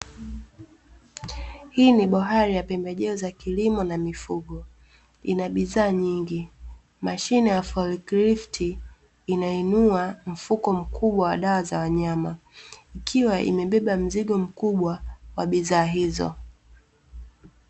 Hii ni boari ya pembejeo za kilimo na mifugo ina bidhaa nyingi. Mashine ya "Fulklift" inainua mfuko mkubwa wa dawa za wanyama, ikiwa imebeba mzigo mkubwa wa bidhaa hizo.